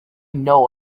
know